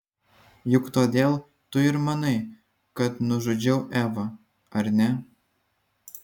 juk todėl tu ir manai kad nužudžiau evą ar ne